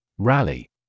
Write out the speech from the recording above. Rally